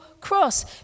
cross